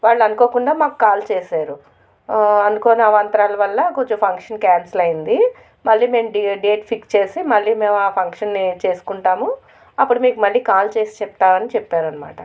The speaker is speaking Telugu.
వాళ్ళు అనుకోకుండా మాకు కాల్ చేశారు అనుకోని అవంతరాల వల్ల కొంచెం ఫంక్షన్ క్యాన్సిల్ అయింది మళ్ళీ మేము డేట్ డేట్ ఫిక్స్ చేసి మళ్ళీ మేము ఆ ఫంక్షన్ని చేసుకుంటాము అప్పుడు మీకు మళ్ళీ కాల్ చేసి చెప్తాము అని చెప్పారన్నమాట